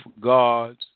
God's